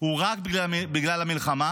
הוא רק בגלל המלחמה,